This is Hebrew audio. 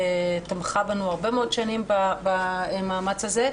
שתמכה בנו הרבה מאוד שנים במאמץ הזה.